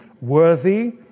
worthy